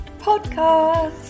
podcast